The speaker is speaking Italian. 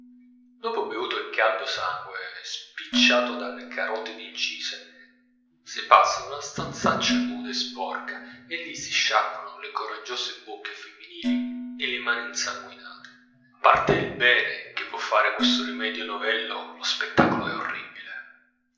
dopo bevuto il caldo sangue spicciato dalle carotidi incise si passa in una stanzaccia nuda e sporca e lì si sciacquano le coraggiose bocche femminili e le mani insanguinate a parte il bene che può fare questo rimedio novello lo spettacolo è orribile